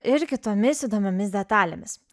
ir kitomis įdomiomis detalėmis